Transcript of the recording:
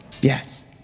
Yes